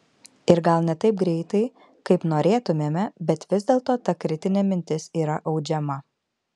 ir gal ne taip greitai kaip norėtumėme bet vis dėlto ta kritinė mintis yra audžiama